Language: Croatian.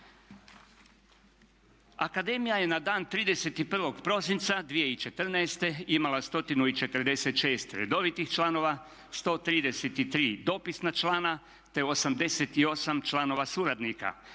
Akademija je na dan 31. prosinca 2014. imala 146 redovitih članova, 133 dopisna člana te 88 članova suradnika,